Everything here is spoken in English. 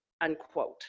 unquote